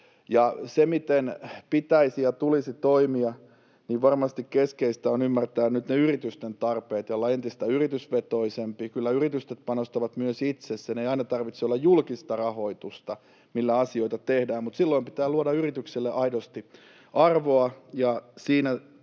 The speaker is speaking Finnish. miten pitäisi ja tulisi toimia, varmasti keskeistä on ymmärtää nyt ne yritysten tarpeet ja olla entistä yritysvetoisempi. Kyllä yritykset panostavat myös itse: sen ei aina tarvitse olla julkista rahoitusta, millä asioita tehdään, mutta silloin pitää luoda yritykselle aidosti arvoa. Siinä